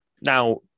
now